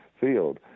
field